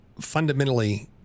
fundamentally